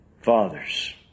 Fathers